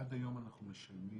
עד היום אנחנו משלמים